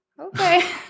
Okay